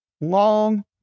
long